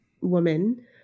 woman